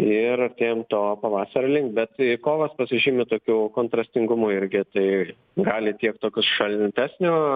ir artėjant to pavasario link bet kovos pasižymi tokiu kontrastingumu irgi tai gali tiek tokius šaltesnio